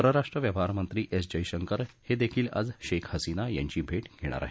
परराष्ट्र व्यवहार मंत्री एस जयशंकर हे देखील आझ शेख हसीना यांची भेट घेणार आहेत